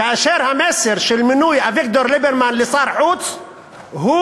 כאשר המסר של מינוי אביגדור ליברמן לשר החוץ הוא